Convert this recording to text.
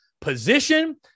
position